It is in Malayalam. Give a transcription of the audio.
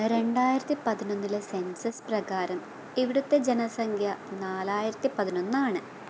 രണ്ടായിരത്തി പതിനൊന്നിലെ സെൻസസ് പ്രകാരം ഇവിടത്തെ ജനസംഖ്യ നാലായിരത്തി പതിനൊന്നാണ്